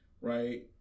right